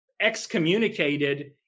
excommunicated